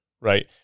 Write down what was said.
Right